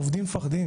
עובדים מפחדים